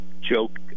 joke